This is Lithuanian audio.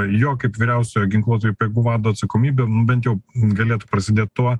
jo kaip vyriausiojo ginkluotųjų pajėgų vado atsakomybė bent jau galėtų prasidėt tuo